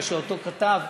מה שאותו כתב,